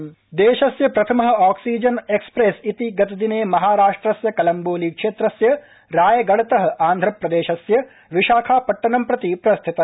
महाराष्ट्रम देशस्य प्रथम oxygen express इति गतदिने महाराष्ट्रस्य कलम्बोली क्षेत्रस्य रायगड़त आन्ध्रप्रदेशस्य विशाखापट्टनं प्रति प्रस्थित